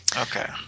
Okay